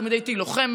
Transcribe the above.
תמיד הייתי לוחמת,